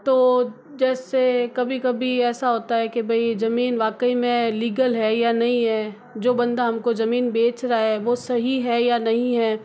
तो जैसे कभी कभी ऐसा होता है कि भई जमीन वाकई में लीगल है या नही है जो बंदा हमको जमीन बेच रहा है वो सही है या नही है